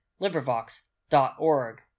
LibriVox.org